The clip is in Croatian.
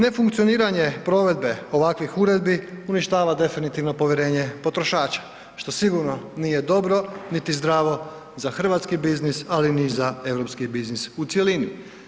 Nefunkcioniranje provedbe ovakvih uredbi uništava definitivno povjerenje potrošača što sigurno nije dobro niti zdravo za hrvatski biznis, ali ni za europski biznis u cjelini.